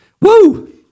Woo